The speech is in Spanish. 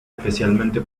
especialmente